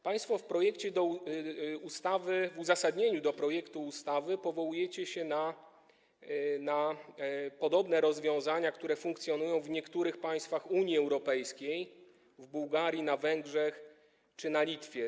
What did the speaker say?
Państwo w uzasadnieniu do projektu ustawy powołujecie się na podobne rozwiązania, które funkcjonują w niektórych państwach Unii Europejskiej, w Bułgarii, na Węgrzech czy na Litwie.